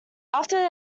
after